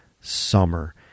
summer